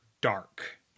dark